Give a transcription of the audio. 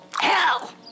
Hell